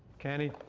kenny.